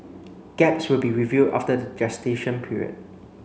gaps would be reviewed after the gestational period